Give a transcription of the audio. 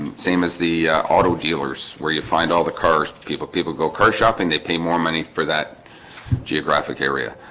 same as the auto dealers where you find all the cars people people go car shop and they pay more money for that geographic area